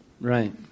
Right